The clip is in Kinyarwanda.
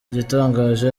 igitangaje